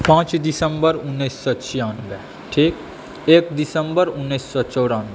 पाँच दिसम्बर उन्नैस सए छिआनबे ठीक एक दिसम्बर उन्नैस सए चौरानबे